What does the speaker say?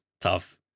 tough